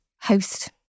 host